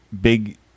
big